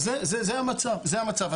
זה המצב.